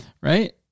Right